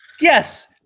Yes